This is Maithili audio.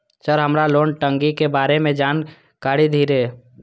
सर हमरा लोन टंगी के बारे में जान कारी धीरे?